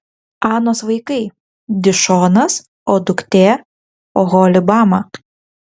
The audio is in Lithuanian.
anos vaikai dišonas ir duktė oholibama